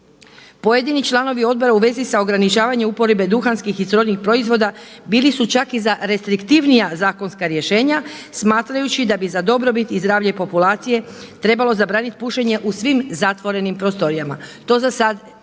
Pojedini članovi odbora u vezi sa ograničavanjem uporabe duhanskih i srodnih proizvoda bili su čak i za restriktivnija zakonska rješenja smatrajući da bi za dobrobit i zdravlje populacije trebalo zabranit pušenje u svim zatvorenim prostorijama. To za sad nismo